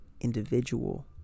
individual